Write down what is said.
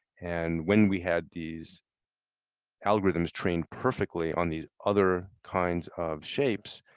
and when we had these algorithms trained perfectly on these other kinds of shapes,